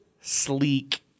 sleek